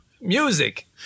Music